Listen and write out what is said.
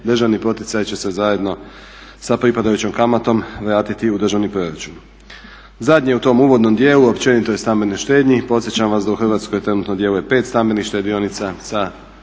državni poticaj će se zajedno sa pripadajućom kamatom vratiti u državni proračun. Zadnji u tom uvodnom dijelu i općenito u stambenoj štednji, podsjećam vas da u Hrvatskoj trenutno djeluje pet stambenih štedionica sa